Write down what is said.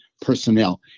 personnel